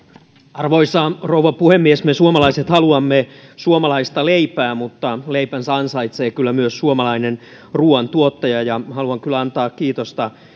arvoisa rouva puhemies me suomalaiset haluamme suomalaista leipää mutta leipänsä ansaitsee kyllä myös suomalainen ruuan tuottaja ja haluan kyllä antaa kiitosta